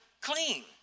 clean